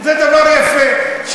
זה דבר יפה.